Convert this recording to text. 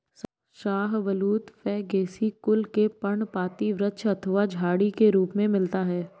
शाहबलूत फैगेसी कुल के पर्णपाती वृक्ष अथवा झाड़ी के रूप में मिलता है